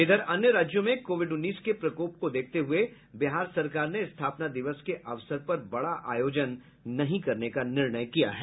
इधर अन्य राज्यों में कोविड उन्नीस के प्रकोप को देखते हुए बिहार सरकार ने स्थापना दिवस के अवसर पर बड़ा आयोजन नहीं करने का निर्णय किया है